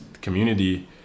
community